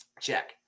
Check